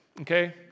okay